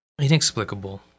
Inexplicable